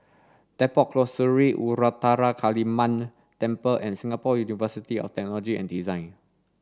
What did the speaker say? Depot Close Sri Ruthra Kaliamman Temple and Singapore University of Technology and Design